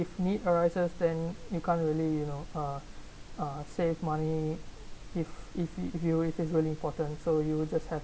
if need arises then you can't really you know uh uh save money if if you if it's really important so you just have